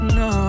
no